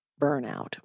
burnout